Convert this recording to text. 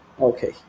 Okay